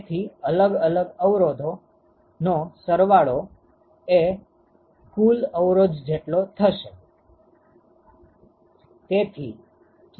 તેથી અલગ અલગ અવરોધોનો સરવાળો એ કુલ અવરોધ જેટલો થશે